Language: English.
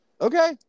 Okay